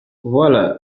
voilà